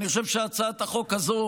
אני חושב שהצעת החוק הזו